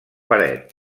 paret